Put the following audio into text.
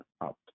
up